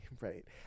Right